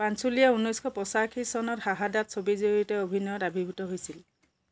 পাঞ্চোলীয়ে ঊনৈছশ পঁচাশী চনত শাহাদাত ছবিৰ জৰিয়তে অভিনয়ত আবিৰ্ভূত হৈছিল